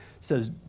says